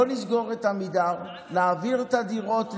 בואו נסגור את עמידר, נעביר את הדירות לעמיגור,